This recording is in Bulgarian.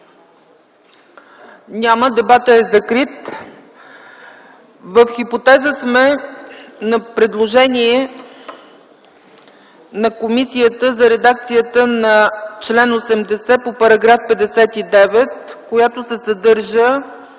Няма. Дебатът е закрит. В хипотеза сме на предложение на комисията за редакцията на чл. 80 по § 59, която се съдържа